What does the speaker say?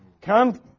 Come